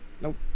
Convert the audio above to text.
nope